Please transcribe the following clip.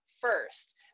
first